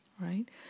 Right